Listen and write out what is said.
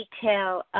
detail